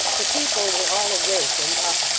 the people were all awake and up,